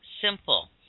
simple